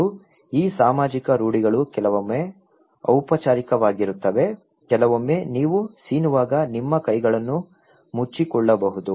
ಮತ್ತು ಈ ಸಾಮಾಜಿಕ ರೂಢಿಗಳು ಕೆಲವೊಮ್ಮೆ ಔಪಚಾರಿಕವಾಗಿರುತ್ತವೆ ಕೆಲವೊಮ್ಮೆ ನೀವು ಸೀನುವಾಗ ನಿಮ್ಮ ಕೈಗಳನ್ನು ಮುಚ್ಚಿಕೊಳ್ಳಬಹುದು